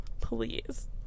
Please